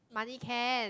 money can